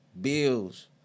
bills